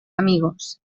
amigos